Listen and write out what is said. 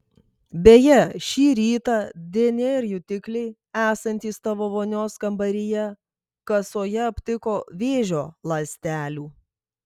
beje šį rytą dnr jutikliai esantys tavo vonios kambaryje kasoje aptiko vėžio ląstelių